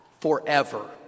forever